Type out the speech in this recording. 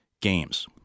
games